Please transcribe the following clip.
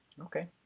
Okay